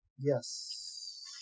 Yes